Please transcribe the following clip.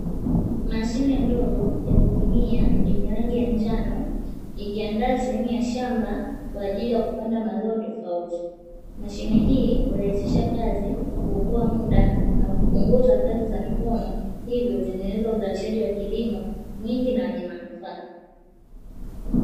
Mashine ndogo ya kulimia, yenye rangi ya njano, ikiandaa sehemu ya shamba kwa ajili ya kupanda mazao tofauti. Mashine hii hurahisisha kazi, huokoa muda na kupunguza kazi za mikono, hivyo kutengeneza uzalishaji wa kilimo mwingi na wenye manufaa."